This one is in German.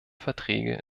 verträge